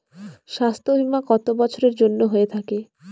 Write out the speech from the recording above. স্বাস্থ্যবীমা কত বছরের জন্য হয়ে থাকে?